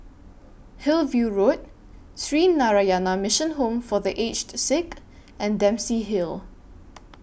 Hillview Road Sree Narayana Mission Home For The Aged Sick and Dempsey Hill